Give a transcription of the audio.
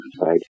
Right